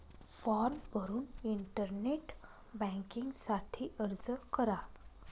form भरून internet banking साठी अर्ज करा